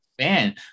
Man